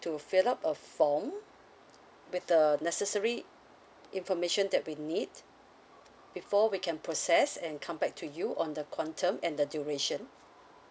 to fill up a form with the necessary information that we need before we can process and come back to you on the quantum and the duration